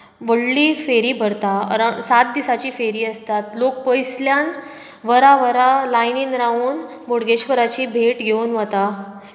व्हडली फेरी भरता अरावंड सात दिसांची फेरी आसतात लोक पयसुल्ल्यान वरां वरां लायनींत रावन बोडगेश्वराची भेट घेवन वतात